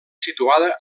situada